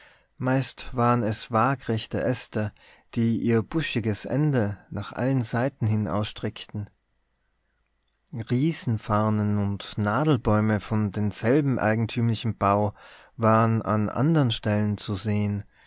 meist waren es wagrechte äste die ihr buschiges ende nach allen seiten hin ausstreckten riesenfarnen und nadelbäume von demselben eigentümlichen bau waren an andern stellen zu sehen